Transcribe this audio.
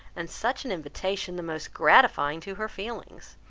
and such an invitation the most gratifying to her feelings!